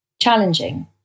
challenging